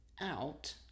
out